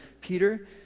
Peter